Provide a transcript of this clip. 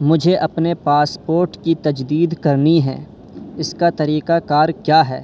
مجھے اپنے پاسپورٹ کی تجدید کرنی ہے اس کا طریقہ کار کیا ہے